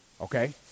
okay